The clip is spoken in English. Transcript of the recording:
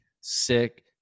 sick